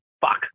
fuck